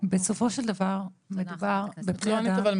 בסופו של דבר מדובר בבני אדם ---- על